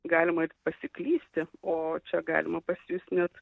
galima pasiklysti o čia galima pasislėpti